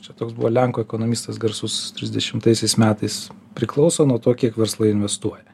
čia toks buvo lenkų ekonomistas garsus trisdešimtaisiais metais priklauso nuo to kiek verslai investuoja